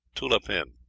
tula-pin.